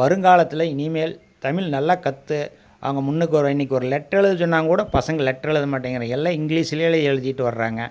வருங்காலத்தில் இனிமேல் தமிழ் நல்லா கற்று அவங்க முன்னுக்கு வருவாங்க இன்னைக்கி ஒரு லெட்டரு எழுதச் சொன்னாக்கூட பசங்க லெட்டரு எழுத மாட்டேங்கிறாங்க எல்லாம் இங்கிலீஷ்லியே எழுதிகிட்டு வர்றாங்க